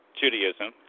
Judaism